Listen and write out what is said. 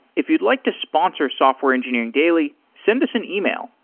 if you'd like to sponsor software engineering daily, send us an email,